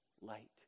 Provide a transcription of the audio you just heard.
light